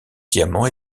diamant